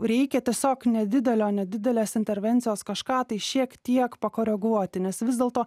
reikia tiesiog nedidelio nedidelės intervencijos kažką tai šiek tiek pakoreguoti nes vis dėlto